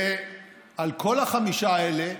ועל כל החמישה האלה